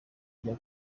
njya